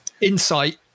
insight